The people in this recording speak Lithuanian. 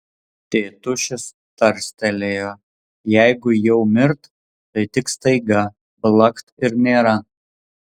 tėtušis tarstelėjo jeigu jau mirt tai tik staiga blakt ir nėra